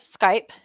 Skype